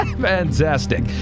Fantastic